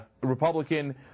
Republican